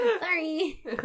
Sorry